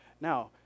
Now